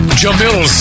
jamil